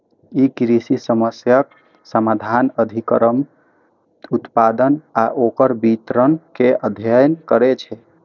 ई कृषि समस्याक समाधान, अधिकतम उत्पादन आ ओकर वितरण के अध्ययन करै छै